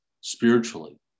spiritually